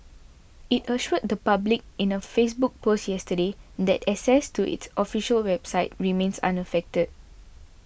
it assured the public in a Facebook post yesterday that access to its official website remains unaffected